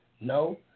No